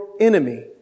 enemy